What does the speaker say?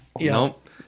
Nope